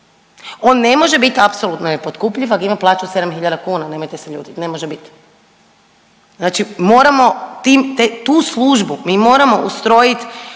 On ne može biti apsolutno nepotkupljiv ak ima plaću 7.000 kuna, nemojte se ljutiti, ne može biti. Znači moramo tim, tu službu mi moramo ustrojit